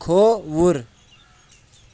کھووُر